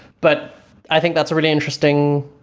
but i think that's a really interesting.